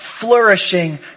flourishing